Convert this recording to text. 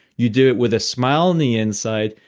you do it with a smile on the inside.